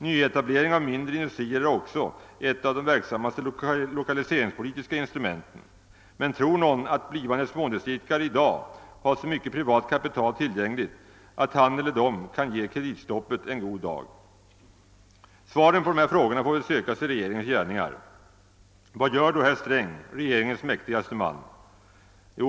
Nyetablering av mindre industrier är också ett av de mest verksamma lokaliseringspolitiska instrumenten, men tror någon att blivande småindustriidkare i dag har så mycket privat kapital tillgängligt, att de kan ge kreditstoppet en god dag? Svaren på de frågorna får sökas i regeringens gärningar. Vad gör då herr Sträng, regeringens mäktigaste man?